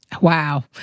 Wow